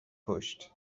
کشت